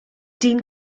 dyn